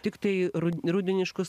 tiktai rudeniškus